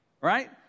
right